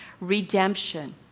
Redemption